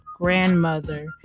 grandmother